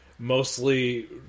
Mostly